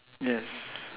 yes